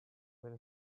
with